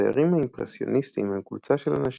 הציירים האימפרסיוניסטים הם קבוצה של אנשים,